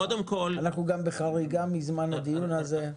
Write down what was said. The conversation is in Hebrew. אנחנו כבר בחריגה מזמן הדיון הזה.